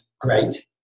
great